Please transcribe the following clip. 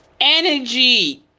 energy